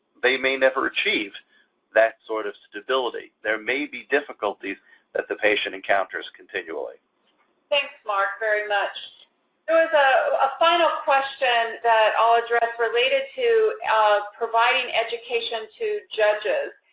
they may never achieve that sort of stability. there may be difficulties that the patient encounters continually. nancy thanks mark, very much. there was a final question that i'll address related to ah providing education to judges.